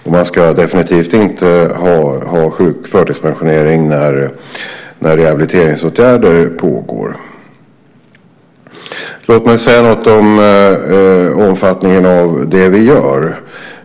Och man ska definitivt inte förtidspensioneras när rehabiliteringsåtgärder pågår. Låt mig säga något om omfattningen av det vi gör.